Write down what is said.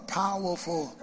powerful